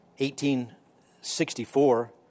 1864